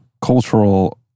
cultural